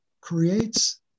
creates